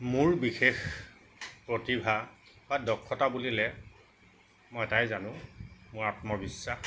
মোৰ বিশেষ প্ৰতিভা বা দক্ষতা বুলিলে মই এটাই জানো মোৰ আত্মবিশ্বাস